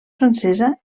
francesa